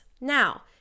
Now